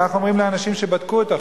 כך אומרים לי אנשים שבדקו את החוק,